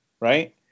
right